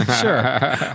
Sure